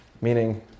Meaning